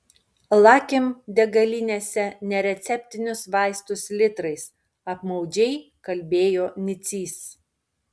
lakim degalinėse nereceptinius vaistus litrais apmaudžiai kalbėjo nicys